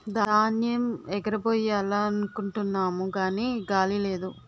ధాన్యేమ్ ఎగరబొయ్యాలనుకుంటున్నాము గాని గాలి లేదు